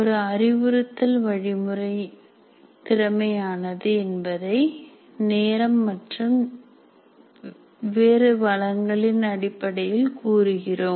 ஒரு அறிவுறுத்தல்வழிமுறை திறமையானது என்பதை நேரம் மற்றும் வேறு வளங்களின் அடிப்படையில் கூறுகிறோம்